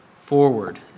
Forward